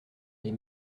les